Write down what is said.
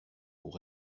pour